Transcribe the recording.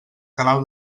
canal